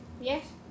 Yes